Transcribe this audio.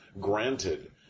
granted